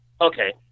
Okay